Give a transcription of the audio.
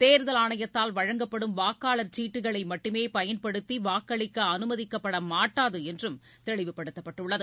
தேர்தல் ஆணையத்தால் வழங்கப்படும் வாக்காளர் சீட்டுகளை மட்டும் பயன்படுத்தி வாக்களிக்க அமைதிக்கப்பட மாட்டாது என்றும் தெளிவுப்படுத்தப்பட்டுள்ளது